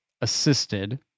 assisted